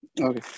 Okay